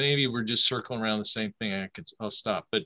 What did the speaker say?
maybe we're just circling around the same thing gets stopped but